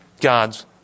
God's